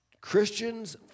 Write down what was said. Christians